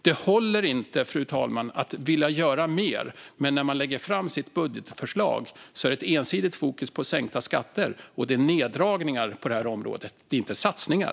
Det håller inte att säga att man vill göra mer och sedan lägga fram ett budgetförslag med ensidigt fokus på sänkta skatter och med neddragningar på detta område, inte satsningar.